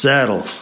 Saddle